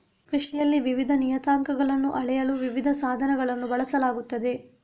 ಕೃಷಿಯಲ್ಲಿ ವಿವಿಧ ನಿಯತಾಂಕಗಳನ್ನು ಅಳೆಯಲು ವಿವಿಧ ಸಾಧನಗಳನ್ನು ಬಳಸಲಾಗುತ್ತದೆ